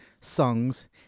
songs